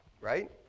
right